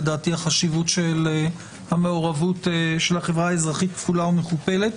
לדעתי החשיבות של המעורבות של החברה האזרחית כפולה ומכופלת.